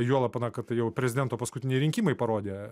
juolab kad na jau prezidento paskutiniai rinkimai parodė